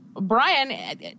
Brian